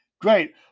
great